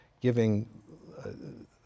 giving